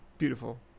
beautiful